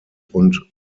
und